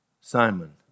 Simon